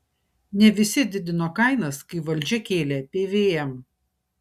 ne visi didino kainas kai valdžia kėlė pvm